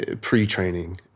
pre-training